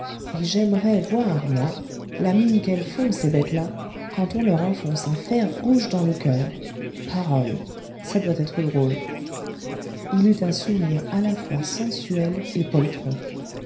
et j'aimerais voir moi la mine qu'elles font ces bêtes-là quand on leur enfonce un fer rouge dans le coeur parole ça doit être drôle il eut un sourire à la fois sensuel et